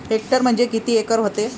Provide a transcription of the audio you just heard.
Hectare म्हणजे किती acre व्हते?